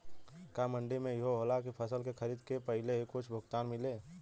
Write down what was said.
का मंडी में इहो होला की फसल के खरीदे के पहिले ही कुछ भुगतान मिले?